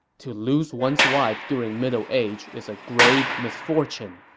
to lose one's wife during middle age is a grave misfortune,